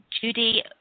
Judy